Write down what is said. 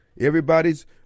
everybody's